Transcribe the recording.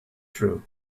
true